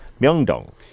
Myeongdong